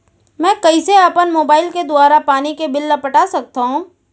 मैं कइसे अपन मोबाइल के दुवारा पानी के बिल ल पटा सकथव?